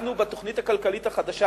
אנחנו בתוכנית הכלכלית החדשה,